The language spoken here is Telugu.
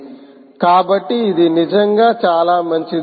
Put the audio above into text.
కాబట్టి ఇది నిజంగా చాలా మంచిది